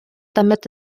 damit